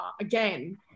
again